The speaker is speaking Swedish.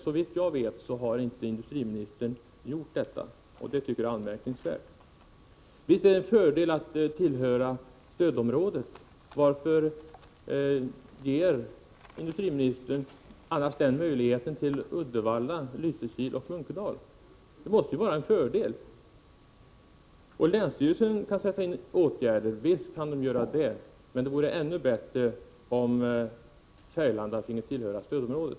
Såvitt jag vet har industriministern inte tagit den kontakten, och det tycker jag är anmärkningsvärt. Visst är det en fördel att tillhöra ett stödområde. Varför skulle industriministern annars ge Uddevalla, Lysekil och Munkedal den möjligheten? Länsstyrelsen kan sätta in åtgärder, sägs det. Ja, visst kan den göra det. Men det vore ännu bättre om Färgelanda finge tillhöra stödområdet.